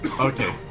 Okay